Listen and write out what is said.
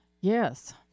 Yes